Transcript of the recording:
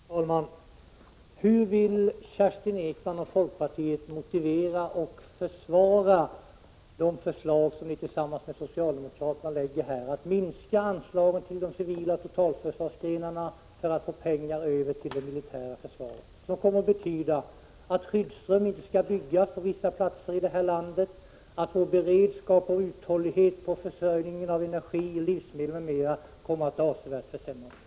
Fru talman! Hur vill Kerstin Ekman och folkpartiet motivera och försvara de förslag som ni tillsammans med socialdemokraterna lägger här, att minska anslagen till de civila totalförsvarsdelarna för att få pengar över till det militära försvaret? Det kommer att innebära att skyddsrum inte skall byggas på vissa platser i det här landet samt att vår beredskap och uthållighet i fråga om försörjning av energi, livsmedel m.m. kommer att avsevärt försämras.